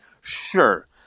Sure